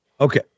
Okay